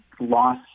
loss